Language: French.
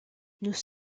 nous